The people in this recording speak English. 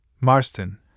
Marston